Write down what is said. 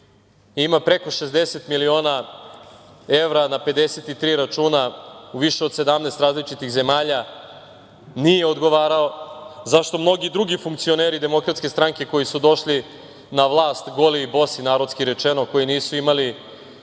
ima preko 60 miliona evra na 53 računa u više od 17 različitih zemalja, nije odgovarao. Zašto mnogi drugi funkcioneri DS koji su došli na vlast goli i bosi, narodski rečeno, koji nisu imali